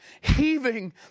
heaving